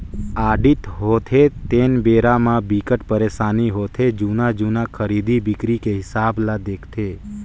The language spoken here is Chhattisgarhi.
आडिट होथे तेन बेरा म बिकट परसानी होथे जुन्ना जुन्ना खरीदी बिक्री के हिसाब ल देखथे